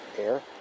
air